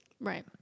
Right